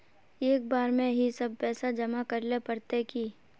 एक बार में ही सब पैसा जमा करले पड़ते की?